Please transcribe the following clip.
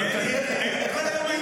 --- בוא תראה,